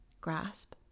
grasp